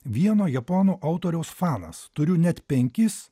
vieno japonų autoriaus fanas turiu net penkis